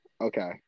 Okay